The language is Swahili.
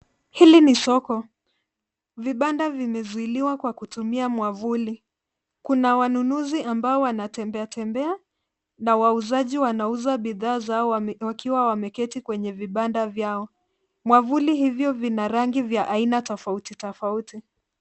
Hili ni soko. Vibanda vimezuiliwa kwa kutumia mwavuli. Kuna wanunuzi ambao wanatembea tembea na wauzaji wanauza bidhaa zao wakiwa wameketi kwenye vibanda vyao. Mwavuli hivyo vina rangi vya aina tofauti tofauti.